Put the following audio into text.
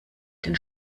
den